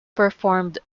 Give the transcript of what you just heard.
performed